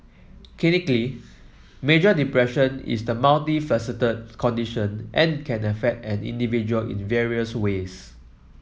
clinically major depression is a multifaceted condition and can affect an individual in various ways